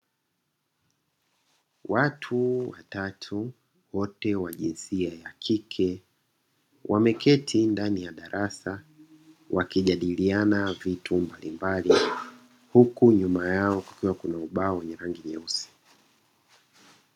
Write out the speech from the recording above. Watu watatu wote wajinsia ya kike, wameketi ndani ya darasa wakijadiliana vitu mbalimbali, huku nyuma yao kukiwa kuna ubao wenye rangi nyeusi.